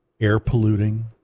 air-polluting